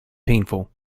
painful